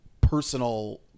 personal